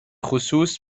خصوص